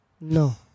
No